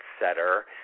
setter